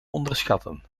onderschatten